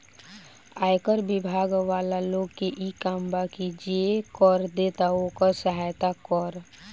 आयकर बिभाग वाला लोग के इ काम बा की जे कर देता ओकर सहायता करऽ